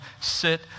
sit